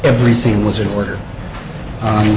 everything was in order